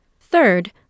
Third